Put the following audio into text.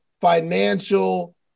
financial